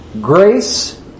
Grace